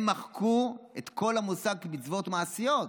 הם מחקו את כל המושג מצוות מעשיות.